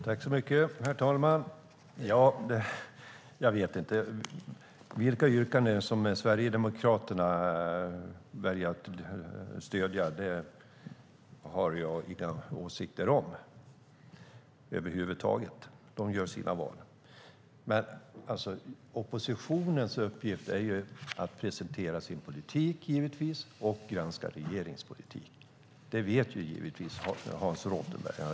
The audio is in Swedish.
Herr talman! Vilka yrkanden som Sverigedemokraterna väljer att stödja har jag inga åsikter om över huvud taget. De gör sina val. Men oppositionens uppgift är givetvis att presentera sin politik och granska regeringens politik. Det vet givetvis Hans Rothenberg.